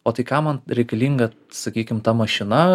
o tai ką man reikalinga sakykim ta mašina